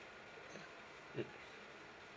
mm